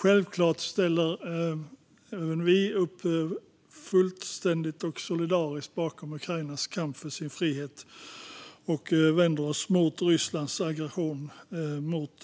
Självklart ställer vi fullständigt och solidariskt upp bakom Ukrainas kamp för sin frihet, och vi vänder oss mot Rysslands aggression mot